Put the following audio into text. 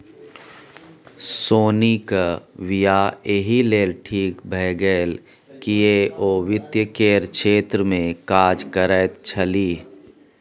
सोनीक वियाह एहि लेल ठीक भए गेल किएक ओ वित्त केर क्षेत्रमे काज करैत छलीह